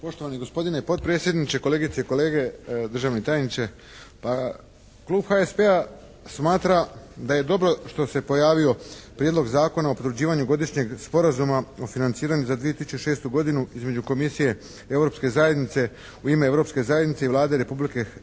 Poštovani gospodine potpredsjedniče, kolegice i kolege, državni tajniče! Pa Klub HSP-a smatra da je dobro što se pojavio Prijedlog zakona o potvrđivanju Godišnjeg sporazuma o financiranju za 2006. godinu između Komisije Europske zajednice u ime Europske zajednice i Vlade Republike Hrvatske